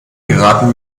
geraten